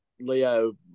Leo